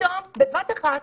ופתאום בבת אחת,